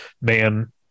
man